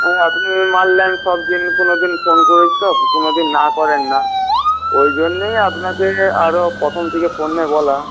আপনি এই মাল নেন সবদিন কোনওদিন ফোন করেন তো কোনওদিন না করেন না ওই জন্যই আপনাকে আর প্রথম থেকে ফোনে বলা